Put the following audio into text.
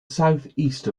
southeast